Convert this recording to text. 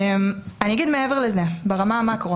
אני אגיד מעבר לזה, ברמת המקרו